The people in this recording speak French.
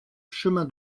chemin